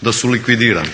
da su likvidirane,